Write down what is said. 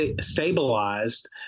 stabilized